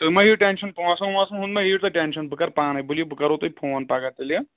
تُہۍ مہٕ ہیٚیِو ٹٮ۪نٛشَن پونٛسَن وونٛسَن ہُنٛد مہٕ ہیٚیِو تُہۍ ٹٮ۪نٛشَن بہٕ کَرٕ پانَے ؤلِو بہٕ کَرو تۄہہِ فون پگاہ تیٚلہِ ہہ